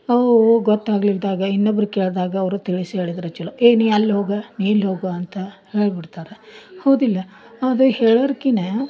ಅವು ಗೊತ್ತಾಗ್ಲಿದ್ದಾಗ ಇನ್ನೊವ್ರು ಕೇಳಿದಾಗ ಅವರು ತಿಳಿಸಿ ಹೇಳಿದರು ಚಲೋ ಏ ನೀ ಅಲ್ಲಿ ಹೋಗ ಇಲ್ಲಿ ಹೋಗು ಅಂತ ಹೇಳ್ಬಿಡ್ತಾರೆ ಹೌದಿಲ್ಲ ಅದೇ ಹೇಳಕ್ಕಿಂತ